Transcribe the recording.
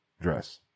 dress